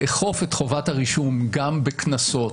לאכוף את חובת הרישום גם בקנסות,